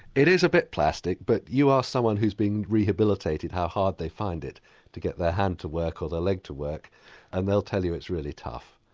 it is a bit plastic but you are someone who is being rehabilitated how hard they find it to get their hand to work or their leg to work and they'll tell you it's really tough.